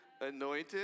anointed